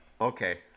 Okay